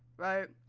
right?